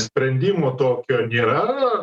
sprendimo tokio nėra